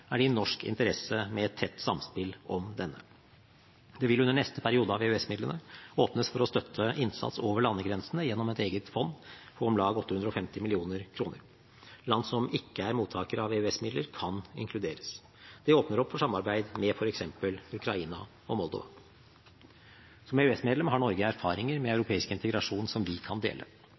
er det i norsk interesse med et tett samspill om denne. Det vil under neste periode av EØS-midlene åpnes for å støtte innsats over landegrensene gjennom et eget fond på om lag 850 mill. kr. Land som ikke er mottakere av EØS-midler, kan inkluderes. Det åpner opp for samarbeid med f.eks. Ukraina og Moldova. Som EØS-medlem har Norge erfaringer med europeisk integrasjon som vi kan dele.